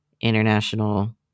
international